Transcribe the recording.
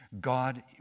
God